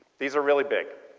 these are really big.